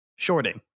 Shorting